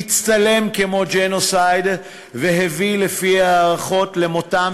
מצטלם כמו ג'נוסייד והביא לפי הערכות למותם